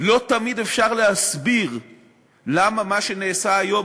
לא תמיד אפשר להסביר למה מה שנעשה היום